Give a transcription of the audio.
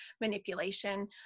manipulation